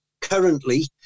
currently